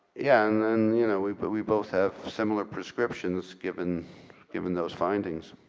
yeah and and you know we but we both have similar prescriptions given given those findings.